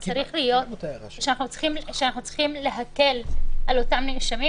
שאנחנו צריכים להקל על אותם נאשמים,